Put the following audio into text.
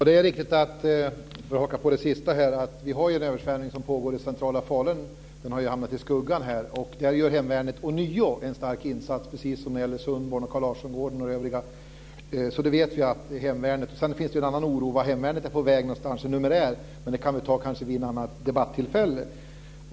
Fru talman! För att haka på det sista, är det riktigt att det pågår en översvämning i centrala Falun, som har hamnat i skuggan. Där gör hemvärnet ånyo en stark insats, precis som med Sundborn och Carl Larsson-gården, och det övriga. Det finns en annan oro över vart hemvärnet är på väg i numerär, men det kan vi ta vid ett annat debattillfälle.